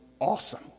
awesome